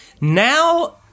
Now